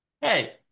hey